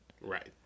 Right